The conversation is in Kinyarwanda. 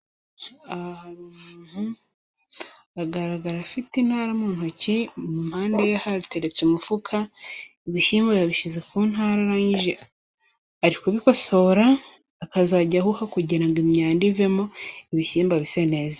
Aha, hari umuntu ugaragara afite intara mu ntoki. Mu mpande ye, habiteretse umufuka ibishyimbo, yabishyize ku nta, ari kubikosora, akazajya ahuha kugira ngo imyanda ivemo, ibishyimbo bise neza.